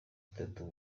itatu